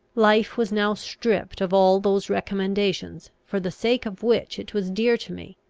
life was now stripped of all those recommendations, for the sake of which it was dear to me.